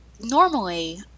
normally